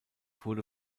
wurde